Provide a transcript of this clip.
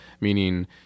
meaning